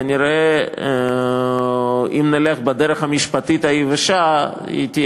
כנראה אם נלך בדרך המשפטית היבשה היא תהיה